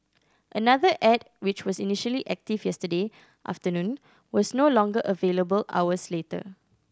another ad which was initially active yesterday afternoon was no longer available hours later